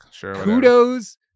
Kudos